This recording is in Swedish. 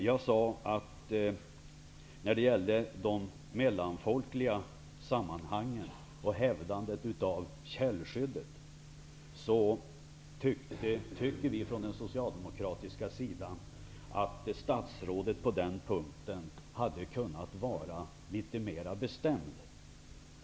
Jag sade att Socialdemokraterna tycker att statsrådet hade kunnat vara litet mer bestämd när det gäller de mellanfolkliga sammanhangen och hävdandet av källskyddet.